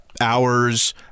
hours